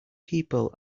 people